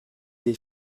des